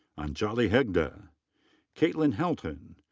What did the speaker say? anjali hegde. ah kaitlyn helton.